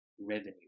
revenue